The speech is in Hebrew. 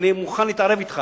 אני מוכן להתערב אתך